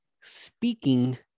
speaking